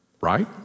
right